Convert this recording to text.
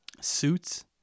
Suits